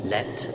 Let